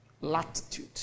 latitude